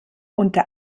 unter